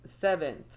seventh